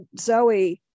zoe